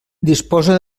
disposa